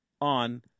on